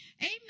Amen